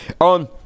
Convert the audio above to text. On